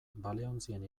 baleontzien